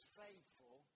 faithful